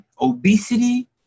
obesity